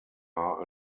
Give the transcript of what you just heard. are